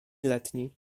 letni